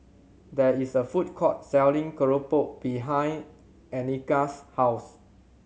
there is a food court selling keropok behind Anika's house